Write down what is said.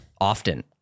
often